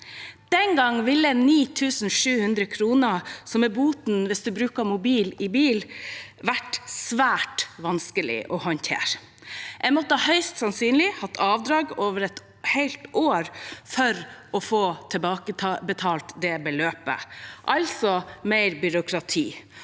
Den gangen ville 9 700 kr, som er boten hvis du bruker mobil i bil, vært svært vanskelig å håndtere. Jeg måtte høyst sannsynlig hatt avdrag over et helt år for å få tilbakebetalt det beløpet, altså mer byråkrati,